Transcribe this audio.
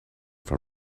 from